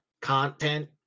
content